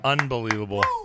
Unbelievable